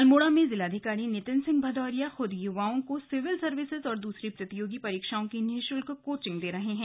अल्मोड़ा में जिलाधिकारी नितिन सिंह भदौरिया खुद युवाओं को सिविल सर्विसेज और दूसरी प्रतियोगी परीक्षाओं की निशुल्क कोचिंग दे रहे हैं